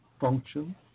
function